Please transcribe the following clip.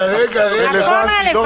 למה?